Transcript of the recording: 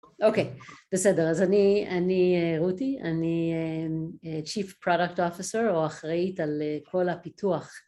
אוקיי, בסדר, אז אני רותי, אני Chief Product Officer או אחראית על כל הפיתוח